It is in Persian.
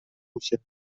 میشه